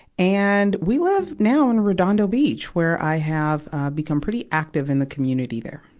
and, we live now in redondo beach, where i have, ah, become pretty active in the community there.